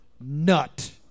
nut